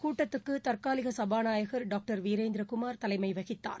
கூட்டத்துக்கு தற்காலிக சபாநாயகர் டாக்டர் வீரேந்திர குமார் தலைமை வகித்தார்